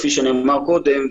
כפי שנאמר קודם,